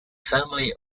family